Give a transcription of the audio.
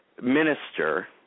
minister